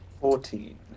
Fourteen